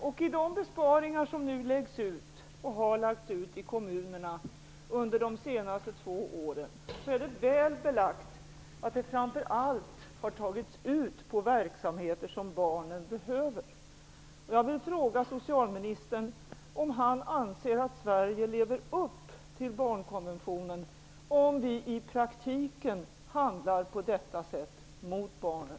Det är väl belagt att de besparingar som har lagts ut på kommunerna under de senaste två åren framför allt har tagits ut på verksamheter som barnen behöver. Sverige lever upp till andan i barnkonventionen om vi i praktiken handlar på detta sätt mot barnen.